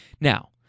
Now